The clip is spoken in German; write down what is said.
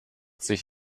sich